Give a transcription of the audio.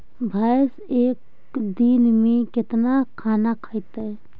भैंस एक दिन में केतना खाना खैतई?